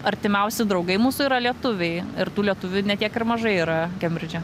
artimiausi draugai mūsų yra lietuviai ir tų lietuvių ne tiek ir mažai yra kembridže